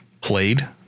played